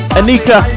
Anika